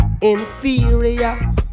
Inferior